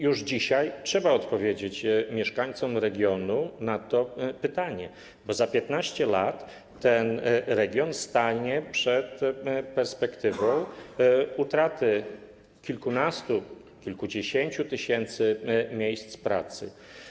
Już dzisiaj trzeba odpowiedzieć mieszkańcom regionu na to pytanie, bo za 15 lat ten region stanie przed perspektywą utraty kilkunastu, kilkudziesięciu tysięcy miejsc pracy.